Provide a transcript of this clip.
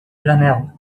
janela